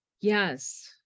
Yes